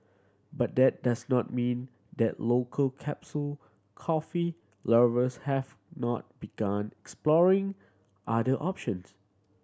but that does not mean that local capsule coffee lovers has not begun exploring other options